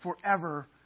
forever